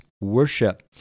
Worship